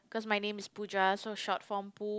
cause my name is Pooja so short form Poo